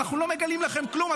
אנחנו לא מגלים לכם כלום.